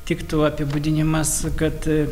tiktų apibūdinimas kad